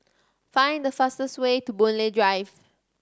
find the fastest way to Boon Lay Drive